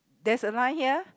there's a line here